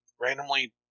randomly